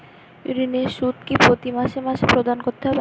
ঋণের সুদ কি প্রতি মাসে মাসে প্রদান করতে হবে?